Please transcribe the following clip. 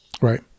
right